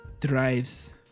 drives